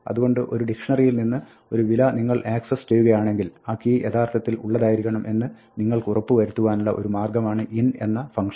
അതുകൊണ്ട് ഒരു ഡിക്ഷ്ണറിയിൽ നിന്ന് ഒരു വില നിങ്ങൾ ആക്സസ് ചെയ്യുകയാണെങ്കിൽ ആ കീ യഥാർത്ഥത്തിൽ ഉള്ളതായിരിക്കണം എന്ന് നിങ്ങൾക്ക് ഉറപ്പ് വരുത്തുവാനുള്ള ഒരു മാർഗ്ഗമാണ് in എന്ന ഫംഗ്ഷൻ